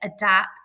Adapt